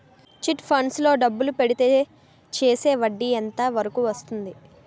Chit funds లో డబ్బులు పెడితే చేస్తే వడ్డీ ఎంత వరకు వస్తుంది?